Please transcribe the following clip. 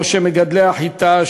מגדלי החיטה,